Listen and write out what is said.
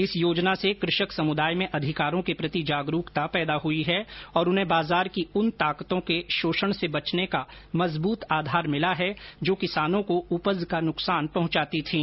इस योजना से कृषक समुदाय में अंधिकारों के प्रति जागरूकता पैदा हुई है और उन्हें बाजार की उन ताकतों के शोषण से बचने का मजबूत आधार मिला है जो किसानों को उपज का नुकसान पहुंचाती थीं